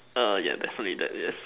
err yeah there's only that yes